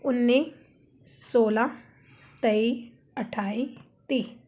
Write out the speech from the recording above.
ਉੱਨੀ ਸੌਲਾਂ ਤੇਈ ਅਠਾਈ ਤੀਹ